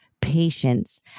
patience